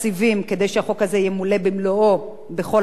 שהחוק הזה ימולא במלואו בכל המרכזים.